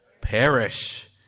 perish